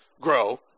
grow